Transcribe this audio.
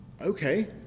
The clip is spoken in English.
okay